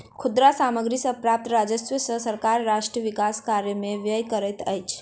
खुदरा सामग्री सॅ प्राप्त राजस्व सॅ सरकार राष्ट्र विकास कार्य में व्यय करैत अछि